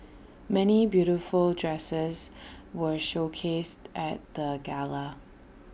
many beautiful dresses were showcased at the gala